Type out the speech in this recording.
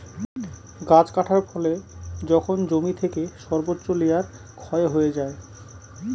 গাছ কাটার ফলে যখন জমি থেকে সর্বোচ্চ লেয়ার ক্ষয় হয়ে যায়